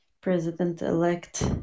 president-elect